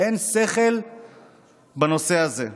אין שכל בנושא הזה.